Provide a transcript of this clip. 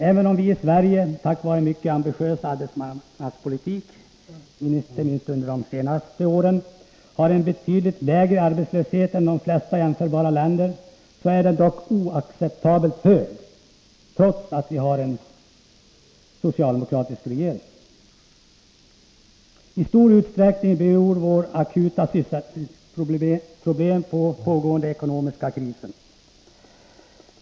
Även om vi i Sverige tack vare en mycket ambitiös arbetsmarknadspolitik, inte minst under de senaste åren, har en betydligt lägre arbetslöshet än de flesta jämförbara länder, är den oacceptabelt hög. I stor utsträckning beror våra akuta sysselsättningsproblem på den pågående ekonomiska krisen.